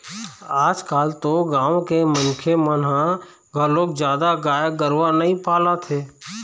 आजकाल तो गाँव के मनखे मन ह घलोक जादा गाय गरूवा नइ पालत हे